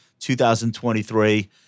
2023